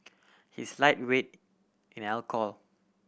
he is lightweight in alcohol